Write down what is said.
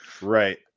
Right